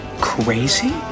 crazy